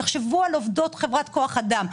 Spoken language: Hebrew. תחשבו על עובדות חברת כוח אדם,